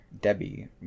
Debbie